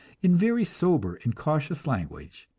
in very sober and cautious language,